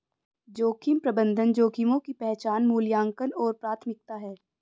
जोखिम प्रबंधन जोखिमों की पहचान मूल्यांकन और प्राथमिकता है